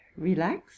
relax